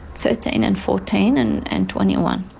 thirteen, and fourteen and and twenty one.